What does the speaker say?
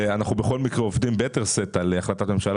בכל מקרה אנחנו עובדים ביתר שאת על החלטת הממשלה